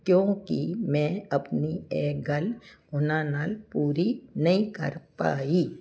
ਕਿਉਂਕਿ ਮੈਂ ਆਪਣੀ ਇਹ ਗੱਲ ਉਹਨਾਂ ਨਾਲ ਪੂਰੀ ਨਹੀਂ ਕਰ ਪਾਈ